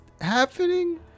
happening